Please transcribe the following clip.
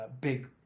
big